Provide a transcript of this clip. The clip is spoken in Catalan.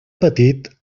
petit